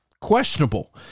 questionable